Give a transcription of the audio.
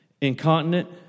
incontinent